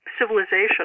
civilization